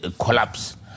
collapse